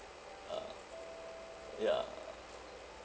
ah ya